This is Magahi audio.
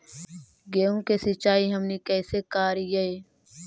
गेहूं के सिंचाई हमनि कैसे कारियय?